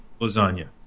lasagna